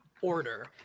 order